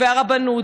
והרבנות,